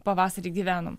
pavasarį gyvenom